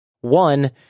One